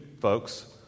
folks